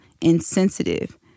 insensitive